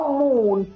moon